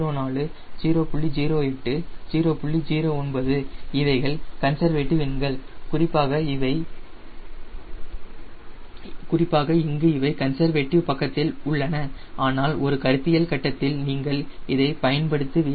09 இவைகள் கன்சர்வேட்டிவ் எண்கள் குறிப்பாக இங்கு இவை கன்சர்வேட்டிவ் பக்கத்தில் உள்ளன ஆனால் ஒரு கருத்தியல் கட்டத்தில் நீங்கள் இதை பயன்படுத்துவீர்கள்